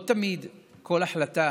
לא תמיד כל החלטה